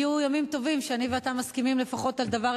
הגיעו ימים טובים שאני ואתה מסכימים לפחות על דבר